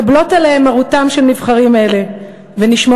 מקבלות עליהן מרותם של נבחרים אלה ונשמעות